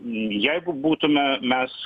jeigu būtume mes